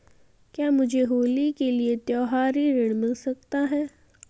क्या मुझे होली के लिए त्यौहारी ऋण मिल सकता है?